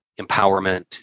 empowerment